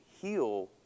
heal